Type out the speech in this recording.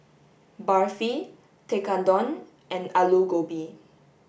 Barfi Tekkadon and Alu Gobi